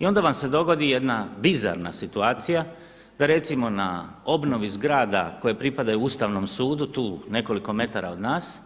I onda vam se dogodi jedna bizarna situacija, da recimo na obnovi zgrada koje pripadaju Ustavnom sudu tu nekoliko metara od nas